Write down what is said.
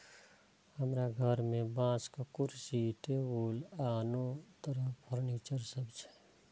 हमरा घर मे बांसक कुर्सी, टेबुल आ आनो तरह फर्नीचर सब छै